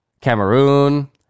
Cameroon